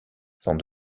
sans